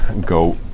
go